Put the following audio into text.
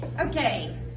Okay